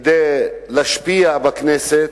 כדי להשפיע בכנסת,